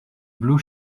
blue